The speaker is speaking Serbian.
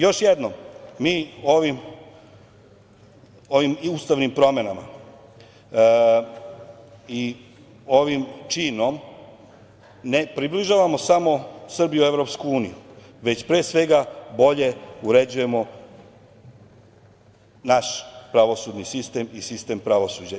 Još jednom, mi ovim ustavnim promenama i ovim činom ne približavamo samo Srbiju EU, već pre svega bolje uređujemo naš pravosudni sistem i sistem pravosuđa.